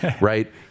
right